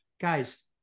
guys